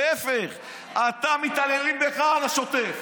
להפך, אתה, מתעללים בך על השוטף.